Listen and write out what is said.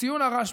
לציון הרשב"י.